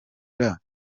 cyangwa